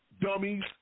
Dummies